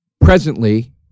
presently